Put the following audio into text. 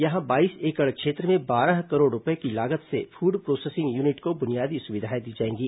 यहां बाईस एकड़ क्षेत्र में बारह करोड़ रूपये की लागत से फूड प्रोसेसिंग यूनिट को बुनियादी सुविधाएं दी जाएंगी